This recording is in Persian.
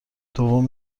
دوم